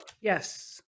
Yes